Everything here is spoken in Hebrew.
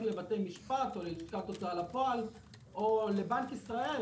לבתי משפט או ללשכת ההוצאה לפועל או לבנק ישראל,